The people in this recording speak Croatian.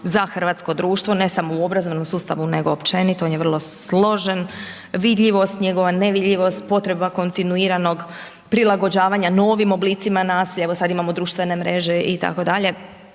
za hrvatsko društvo ne samo u obrazovnom sustavu nego općenito, on je vrlo složen, vidljivost njegova, nevidljivost, potreba kontinuiranog prilagođavanja novim oblicima nasilja, evo sad imamo društvene mreže itd.